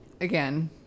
again